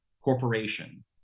corporation